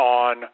on